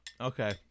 Okay